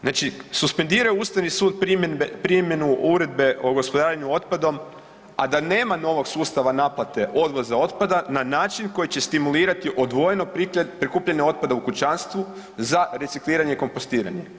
Znači suspendirao je ustavni sud primjedbe, primjenu Uredbe o gospodarenju otpadom, a da nema novog sustava naplate odvoza otpada na način koji će stimulirati odvojeno prikupljanje otpada u kućanstvu za recikliranje i kompostiranje.